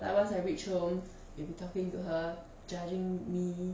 like once I reach home you talking to her judging me